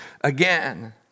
again